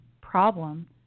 problem